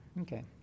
okay